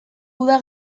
uda